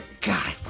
God